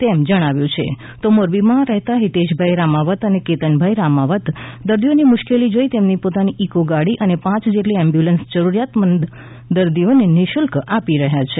તેમ જણાવ્યું છે તો મોરબીમાં રહેતા હિતેશભાઈ રામાવત અને કેતનભાઈ રામાવત દર્દીઓની મુશ્કેલી જોઇને તેમની પોતાની ઇકો ગાડી અને પાંચ જેટલી એમ્બ્યુલન્સ જરૂરિયાત મંદદર્દીઓને નિઃશુલ્ક આપી રહ્યા છે